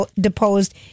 deposed